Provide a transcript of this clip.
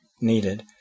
needed